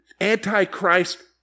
antichrist